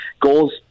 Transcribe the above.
goals